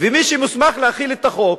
ומי שמוסמך להחיל את החוק,